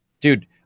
Dude